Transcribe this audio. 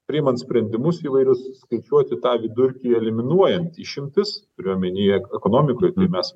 priimant sprendimus įvairius skaičiuoti tą vidurkį eliminuojant išimtis turiu omenyje ekonomikoj kai mes